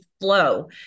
flow